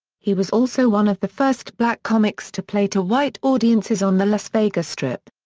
he was also one of the first black comics to play to white audiences on the las vegas strip.